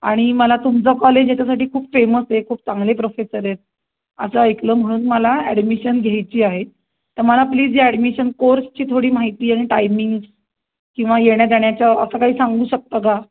आणि मला तुमचं कॉलेज याच्यासाठी खूप फेमस आहे खूप चांगले प्रोफेसर आहेत असं ऐकलं म्हणून मला ॲडमिशन घ्यायची आहे तर मला प्लीज या ॲडमिशन कोर्सची थोडी माहिती आणि टायमिंग्स किंवा येण्याजाण्याचं असं काही सांगू शकता का